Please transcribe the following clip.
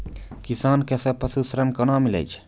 किसान कऽ पसु ऋण कोना मिलै छै?